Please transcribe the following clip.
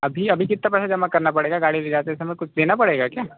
अभी अभी कितना पैसा जमा करना पड़ेगा गाड़ी ले जाते समय कुछ देना पड़ेगा क्या